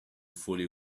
fully